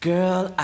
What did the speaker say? Girl